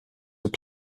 were